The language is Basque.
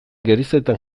gerizetan